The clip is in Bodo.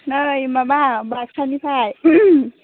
नै माबा बाक्सानिफ्राय